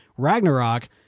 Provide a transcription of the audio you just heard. ragnarok